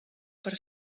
per